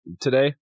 today